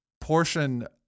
portion